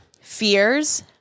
fears